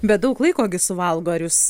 bet daug laiko gi suvalgo ar jūs